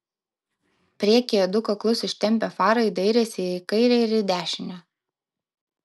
priekyje du kaklus ištempę farai dairėsi į kairę ir į dešinę